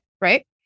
Right